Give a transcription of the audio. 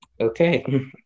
Okay